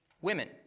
women